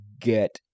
get